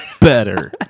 better